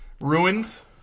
ruins